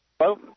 Hello